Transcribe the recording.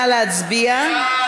נא להצביע.